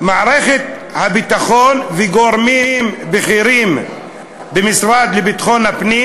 מערכת הביטחון וגורמים בכירים במשרד לביטחון הפנים